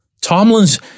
Tomlin's